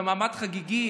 זה מעמד חגיגי,